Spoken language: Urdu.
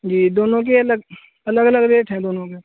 جی دونوں کے الگ الگ الگ ریٹ ہیں دونوں کے